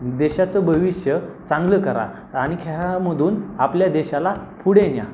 देशाचं भविष्य चांगलं करा आणिक ह्यामधून आपल्या देशाला पुढे न्या